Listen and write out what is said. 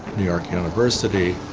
new york university,